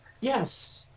Yes